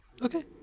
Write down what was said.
Okay